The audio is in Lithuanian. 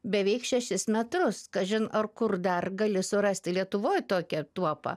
beveik šešis metrus kažin ar kur dar gali surasti lietuvoje tokią tuopą